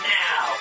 now